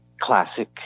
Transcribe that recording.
classic